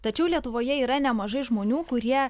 tačiau lietuvoje yra nemažai žmonių kurie